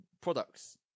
products